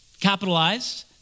capitalized